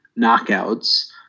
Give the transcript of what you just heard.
knockouts